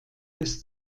des